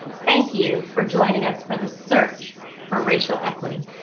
thank you for joining us for the search for racial equity.